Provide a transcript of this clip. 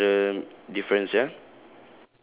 here's another difference ya